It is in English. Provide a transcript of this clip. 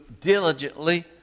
diligently